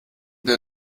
der